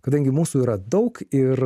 kadangi mūsų yra daug ir